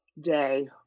day